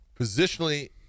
Positionally